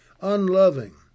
unloving